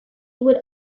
would